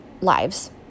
lives